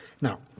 Now